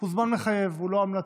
הוא זמן מחייב, הוא לא המלצה.